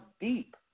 deep